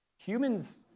humans,